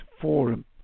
forum